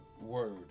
word